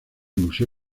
museo